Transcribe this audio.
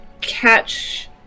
catch